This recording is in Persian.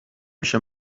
پیش